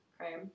okay